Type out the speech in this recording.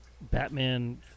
Batman